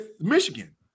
Michigan